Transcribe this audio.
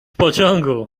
pociągu